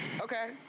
Okay